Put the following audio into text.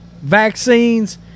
vaccines